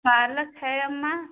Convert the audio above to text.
पालक है अम्मा